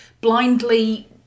blindly